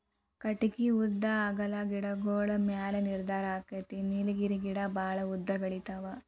ಕಟಗಿ ಉದ್ದಾ ಅಗಲಾ ಗಿಡಗೋಳ ಮ್ಯಾಲ ನಿರ್ಧಾರಕ್ಕತಿ ನೇಲಗಿರಿ ಗಿಡಾ ಬಾಳ ಉದ್ದ ಬೆಳಿತಾವ